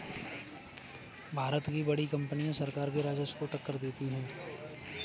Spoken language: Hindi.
भारत की बड़ी कंपनियां सरकार के राजस्व को टक्कर देती हैं